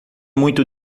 muito